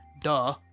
Duh